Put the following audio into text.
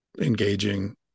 engaging